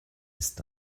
ist